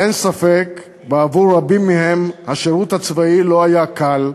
אין ספק, בעבור רבים מהם השירות הצבאי לא היה קל,